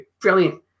brilliant